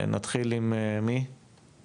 נתחיל עם משרד